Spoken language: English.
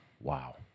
Wow